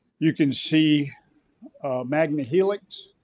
you can see magma helix,